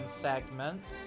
segments